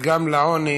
שגם לעוני